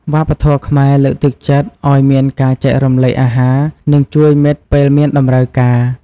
វប្បធម៌ខ្មែរលើកទឹកចិត្តឲ្យមានការចែករំលែកអាហារ និងជួយមិត្តពេលមានតម្រូវការ។